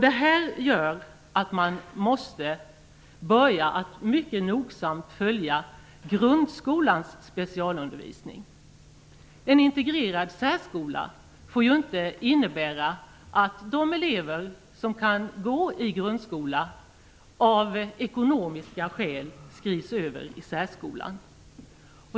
Detta gör att man måste börja att mycket nogsamt följa grundskolans specialundervisning. En integrerad särskola får ju inte innebära att de elever som kan gå i grundskola av ekonomiska skäl skrivs över till särskolan.